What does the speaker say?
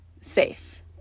safe